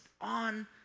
on